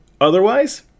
Otherwise